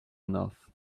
enough